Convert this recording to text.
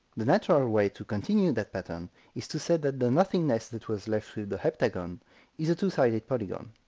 the natural way to continue that pattern is to say that the nothingness that was left with the heptagon is a two sided polygon.